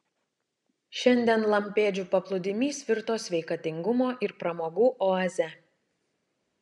šiandien lampėdžių paplūdimys virto sveikatingumo ir pramogų oaze